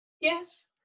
Yes